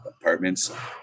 apartments